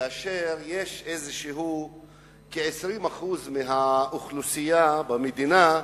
כאשר כ-20% מהאוכלוסייה במדינה,